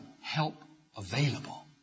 help-available